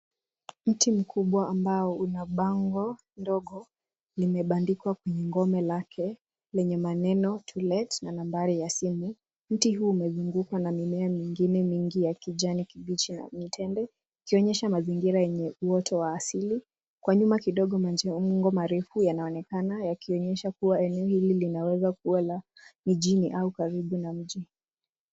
Mti mkubwa ambao una bango ndogo. Limebandikwa kwenye ngome lake lenye maneno to let na nambari ya simu. Mti huu umezungukwa na mimea mingine mingi ya kijani kibichi na mitende, ukionyesha mazingira yenye uoto wa asili. Kwa nyuma kidogo majengo marefu yanaonekana yakionyesha kuwa eneo hili linaweza kuwa la mjini au karibu na mji.